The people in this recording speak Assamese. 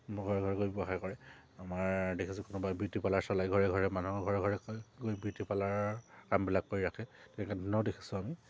ঘৰে ঘৰে গৈ ব্যৱহাৰ কৰে আমাৰ দেখিছোঁ কোনোবাই বিউটি পাৰ্লাৰ চলাই ঘৰে ঘৰে মানুহৰ ঘৰে ঘৰে গৈ বিউটি পাৰ্লাৰ কামবিলাক কৰি ৰাখে তেনেধৰণেও দেখিছোঁ আমি